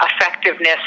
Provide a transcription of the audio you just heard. effectiveness